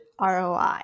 ROI